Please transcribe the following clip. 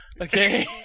Okay